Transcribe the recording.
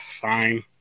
fine